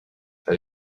elle